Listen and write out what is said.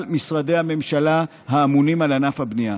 משרדי הממשלה האמונים על ענף הבנייה.